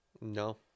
No